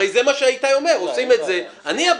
הרי זה מה שאיתי אומר, עושים את זה.